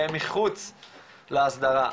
והם מחוץ להסדרה.